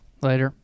Later